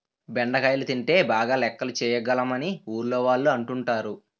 బెండకాయలు తింటే బాగా లెక్కలు చేయగలం అని ఊర్లోవాళ్ళు అంటుంటారు